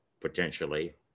potentially